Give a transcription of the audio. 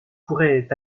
pourrait